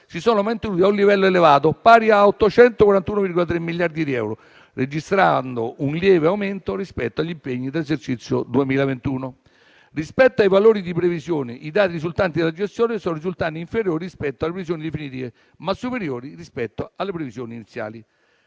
si sono mantenuti a un livello elevato, pari a 841,3 miliardi di euro, registrando un lieve aumento rispetto agli impegni dell'esercizio 2021. Rispetto ai valori di previsione, i dati risultanti dalla gestione sono risultati inferiori rispetto alle previsioni definitive, ma superiori rispetto alle previsioni iniziali.